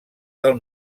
del